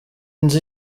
nzu